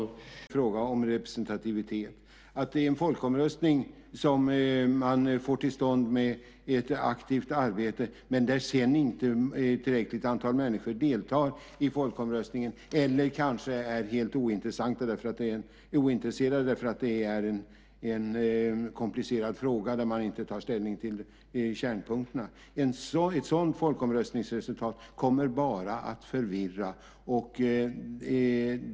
Herr talman! Det är fortfarande en fråga om representativitet. Om det är en folkomröstning som man får till stånd med ett aktivt arbete men där inte ett tillräckligt antal människor deltar i folkomröstningen eller kanske är helt ointresserade därför att det är en komplicerad fråga där man inte tar ställning till kärnpunkterna, kommer folkomröstningsresultatet bara att förvirra.